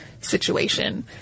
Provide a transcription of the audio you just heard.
situation